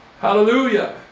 Hallelujah